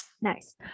Nice